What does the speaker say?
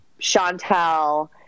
Chantel